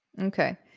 Okay